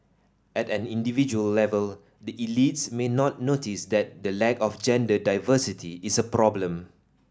at an individual level the elites may not notice that the lack of gender diversity is a problem